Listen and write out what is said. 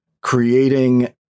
creating